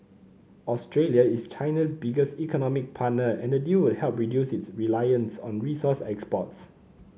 Australia is China's biggest economic partner and the deal would help reduce its reliance on resource exports